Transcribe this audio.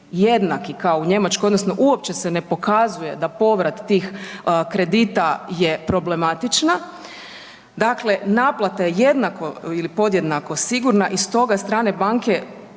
jednaki kao u Njemačkoj odnosno uopće se ne pokazuje da povrat tih kredita je problematična. Dakle, naplata je jednako ili podjednako sigurna i stoga strane banke